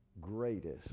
greatest